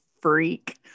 freak